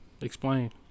Explain